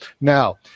Now